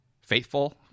faithful